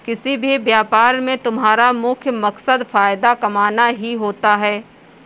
किसी भी व्यापार में तुम्हारा मुख्य मकसद फायदा कमाना ही होता है